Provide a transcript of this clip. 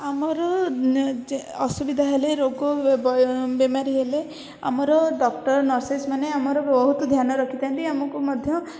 ଆମର ଅସୁବିଧା ହେଲେ ରୋଗ ବୈ ବେମାରୀ ହେଲେ ଆମର ଡକ୍ଟର ନର୍ସେସ୍ ମାନେ ଆମର ବହୁତ ଧ୍ୟାନ ରଖିଥାନ୍ତି ଆମକୁ ମଧ୍ୟ